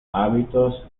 hábitos